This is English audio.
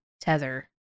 Tether